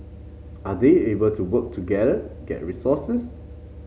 are they able to work together get resources